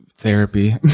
therapy